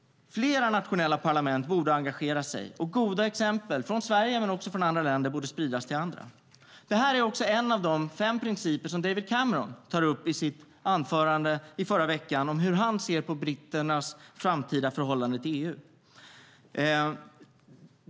Flera nationella parlament borde engagera sig. Goda exempel från Sverige och andra länder borde spridas till andra. Det är en av de fem principer som David Cameron tog upp i sitt anförande förra veckan om hur han ser på britternas framtida förhållande till EU.